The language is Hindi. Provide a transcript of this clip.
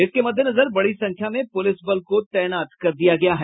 इसके मद्देनजर बड़ी संख्या में पुलिस बलों को तैनात कर दिया गया है